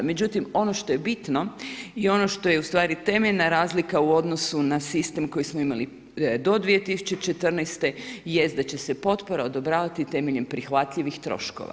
Međutim, ono što je bitno, i ono što je ustvari temeljna razlika u odnosu na sistem koji smo imali do 2014. jest da će se potpora odobravati temeljem prihvatljivih troškova.